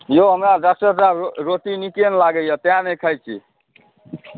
यौ हमरा डाक्टर साहेब रोटी नीके नहि लागैए तेँ नहि खाइ छी